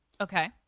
Okay